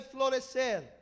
florecer